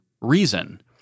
reason